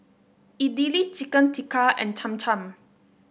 Idili Chicken Tikka and Cham Cham